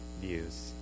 views